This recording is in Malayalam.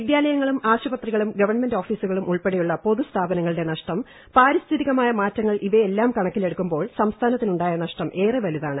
വിദ്യാലയങ്ങളും ആശുപത്രികളും ഗവൺമെന്റ് ഓഫീസുകളും ഉൾപ്പെടെയുള്ള പൊതുസ്ഥാപനങ്ങളുടെ നഷ്ടം പാരിസ്ഥിതികമായ കണക്കിലെടുക്കുമ്പോൾ സംസ്ഥാനത്തിനു ായ നഷ്ടം ഏറെ വലുതാണ്